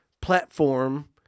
platform